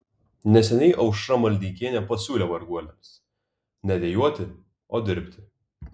neseniai aušra maldeikienė pasiūlė varguoliams ne dejuoti o dirbti